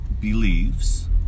believes